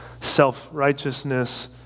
self-righteousness